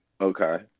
Okay